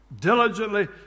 Diligently